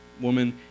woman